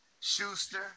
Schuster